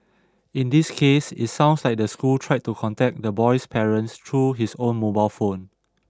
in this case it sounds like the school tried to contact the boy's parents through his own mobile phone